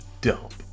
dump